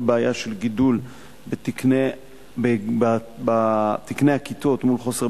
כל בעיה של גידול בתקני הכיתות מול חוסר